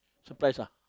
surprise ah